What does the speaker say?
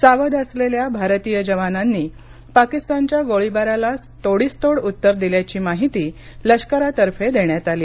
सावध असलेल्या भारतीय जवानांनी पाकिस्तानच्या गोळीबाराला तोडीस तोड उत्तर दिल्याची माहिती लष्करातर्फे देण्यात आली